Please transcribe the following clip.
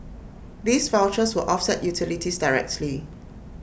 these vouchers will offset utilities directly